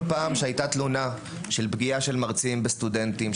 כל פעם שהייתה תלונה על פגיעה של מרצים בסטודנטים,